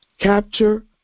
capture